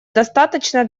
достаточно